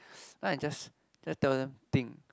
then I just just tell them think